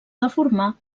deformar